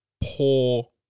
Poor